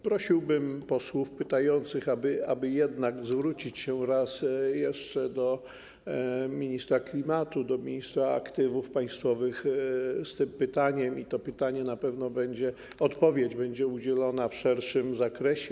Prosiłbym posłów pytających, aby jednak zwrócić się raz jeszcze do ministra klimatu, do ministra aktywów państwowych z tym pytaniem i odpowiedź na to pytanie na pewno będzie udzielona w szerszym zakresie.